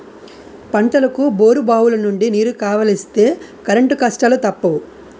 పంటలకు బోరుబావులనుండి నీరు కావలిస్తే కరెంటు కష్టాలూ తప్పవు